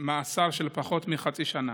מאסר של פחות מחצי שנה.